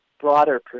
broader